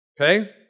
okay